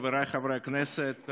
חבריי חברי הכנסת,